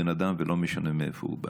אבל בן אדם הוא בן אדם ולא משנה מאיפה הוא בא.